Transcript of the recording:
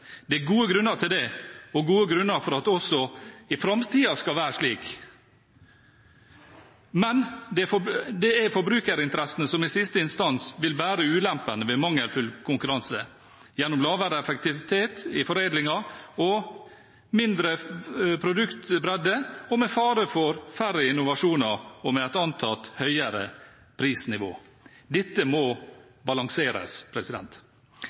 Det er gode grunner til det og gode grunner til at det også i framtiden skal være slik. Men det er forbrukerinteressene som i siste instans vil bære ulempene ved mangelfull konkurranse – gjennom lavere effektivitet i foredlingen og mindre produktbredde, med fare for færre innovasjoner og med et antatt høyere prisnivå. Dette må balanseres.